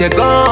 go